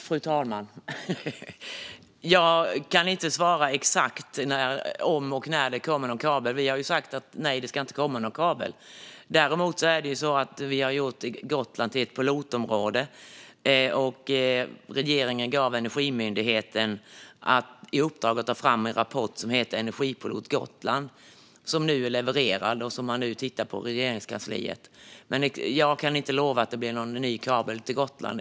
Fru talman! Jag kan inte svara exakt om och när det kommer en kabel. Vi har sagt att det inte ska komma en kabel. Däremot har vi gjort Gotland till ett pilotområde. Regeringen har gett Energimyndigheten i uppdrag att ta fram en rapport, Energipilot Gotland . Den har levererats, och den behandlas nu i Regeringskansliet. Jag kan inte lova att det blir en ny kabel till Gotland.